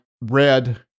red